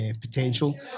potential